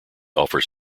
offers